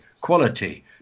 quality